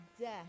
death